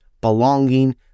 belonging